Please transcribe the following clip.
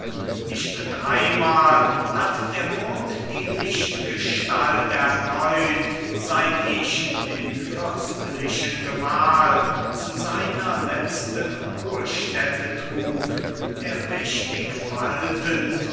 nicht zweimal hat der mond die lichtgestalt erneut seit ich den fürstlichen gemahl zu seiner letzten ruhestätte trug der mächtigwaltend